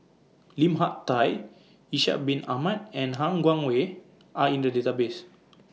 Lim Hak Tai Ishak Bin Ahmad and Han Guangwei Are in The Database